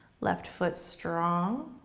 left foot strong.